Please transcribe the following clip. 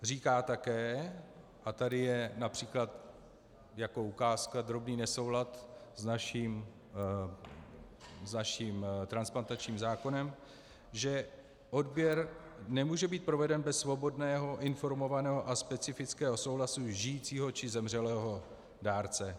Říká také, a tady je například jako ukázka drobný nesoulad s naším transplantačním zákonem, že odběr nemůže být proveden bez svobodného, informovaného a specifického souhlasu žijícího či zemřelého dárce.